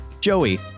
Joey